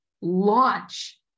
launch